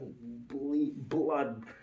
blood